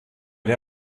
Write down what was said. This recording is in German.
der